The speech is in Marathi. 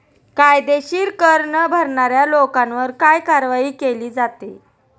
कायदेशीर कर न भरणाऱ्या लोकांवर काय कारवाई केली जाते?